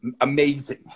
amazing